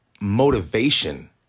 motivation